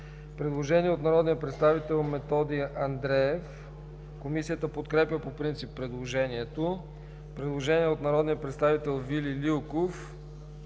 предложение от народния представител Методи Андреев. Комисията подкрепя по принцип предложението. Има предложение от народния представител Вили Лилков.